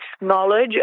knowledge